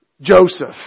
Joseph